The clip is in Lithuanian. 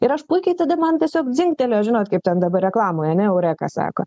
ir aš puikiai tada man tiesiog dzingtelėjo žinot kaip ten dabar reklamoje ane eureka sako